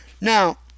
Now